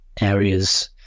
areas